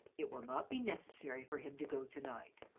it will not be necessary for him to go to-night.